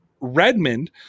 Redmond